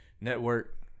Network